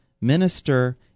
minister